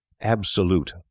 absolute